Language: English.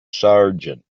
sergeant